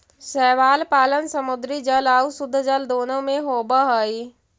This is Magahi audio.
शैवाल पालन समुद्री जल आउ शुद्धजल दोनों में होब हई